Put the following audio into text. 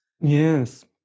yes